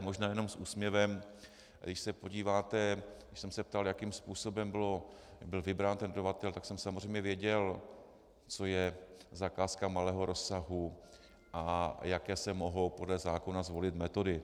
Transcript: Možná jenom s úsměvem, když se podíváte, když jsem se ptal, jakým způsobem byl vybrán tento materiál, tak jsem samozřejmě věděl, co je zakázka malého rozsahu a jaké se mohou podle zákona zvolit metody.